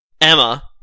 Emma